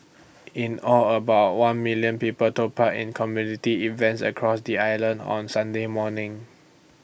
in all about one million people took part in community events across the island on Sunday morning